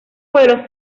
pueblos